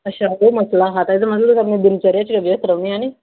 अच्छा ओह् मसला हा एह्दा मतलब कि तुस अपने दिनचर्या च गै ब्यस्त रौह्ने ऐ नी